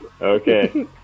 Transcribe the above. okay